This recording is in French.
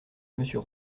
monsieur